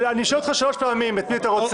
אני מנמק.